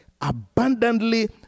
abundantly